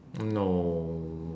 no